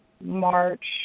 March